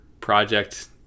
project